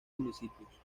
municipios